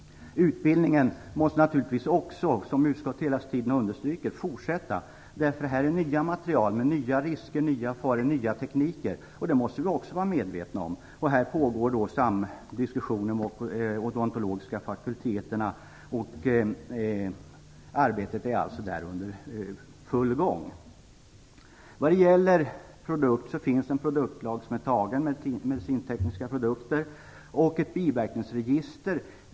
Utbildningen måste naturligtvis också, som utskottet hela tiden understryker, fortsätta. Det finns nya material med nya risker, nya faror och nya tekniker. Det måste vi också vara medvetna om. Diskussionen pågår på de odontologiska fakulteterna. Arbetet där är under full gång. Det finns en produktlag för medicintekniska produkter och ett biverkningsregister.